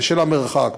בשל המרחק,